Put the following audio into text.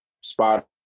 spot